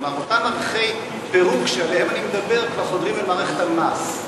כלומר אותם ערכי פירוק שעליהם אני מדבר כבר חודרים אל מערכת המס.